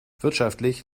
wirtschaftlich